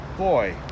Boy